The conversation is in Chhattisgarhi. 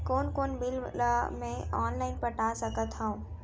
कोन कोन बिल ला मैं ऑनलाइन पटा सकत हव?